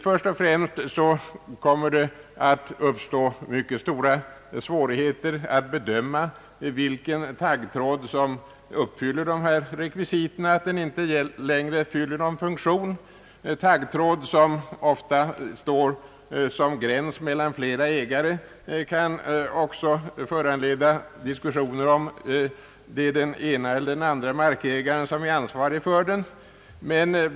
Först och främst kommer det att uppstå mycket stora svårigheter att fastställa vilken taggtråd som uppfyller dessa rekvisiter och alltså inte längre fyller någon funktion. Taggtråd som står som gräns mellan egendomar kan också ofta orsaka diskussioner om den ene eller den andre markägaren är ansvarig för den.